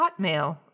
hotmail